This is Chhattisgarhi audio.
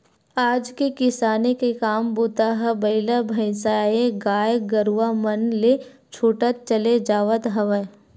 आज के किसानी के काम बूता ह बइला भइसाएगाय गरुवा मन ले छूटत चले जावत हवय